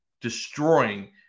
destroying